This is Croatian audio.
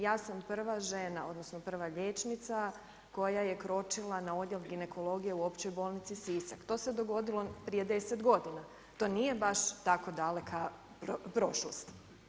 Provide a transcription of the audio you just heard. Ja sam prva žena odnosno prva liječnica koja je kročila na Odjel ginekologije u Općoj bolnici Sisak, to se dogodilo prije deset godina, to nije baš tako daleka prošlost.